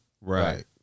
Right